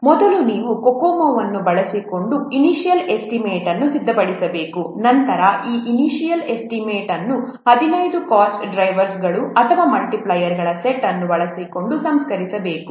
ಆದ್ದರಿಂದ ಮೊದಲು ನೀವು COCOMO ಅನ್ನು ಬಳಸಿಕೊಂಡು ಇನಿಷ್ಯಲ್ ಎಸ್ಟಿಮೇಟ್ ಅನ್ನು ಸಿದ್ಧಪಡಿಸಬೇಕು ನಂತರ ಈ ಇನಿಷ್ಯಲ್ ಎಸ್ಟಿಮೇಟ್ ಅನ್ನು 15 ಕಾಸ್ಟ್ ಡ್ರೈವರ್ಸ್ಗಳು ಅಥವಾ ಮಲ್ಟಿಪ್ಲೈಯರ್ಗಳ ಸೆಟ್ ಅನ್ನು ಬಳಸಿಕೊಂಡು ಸಂಸ್ಕರಿಸಬಹುದು